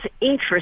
interest